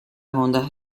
ondas